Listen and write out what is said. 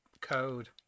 code